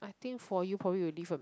I think for you probably will leave a